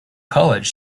college